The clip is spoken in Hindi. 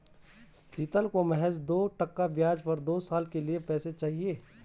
शीतल को महज दो टका ब्याज पर दो साल के लिए पैसे चाहिए